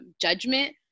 judgment